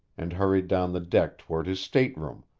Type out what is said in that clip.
and hurried down the deck toward his stateroom,